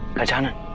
gajanan